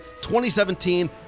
2017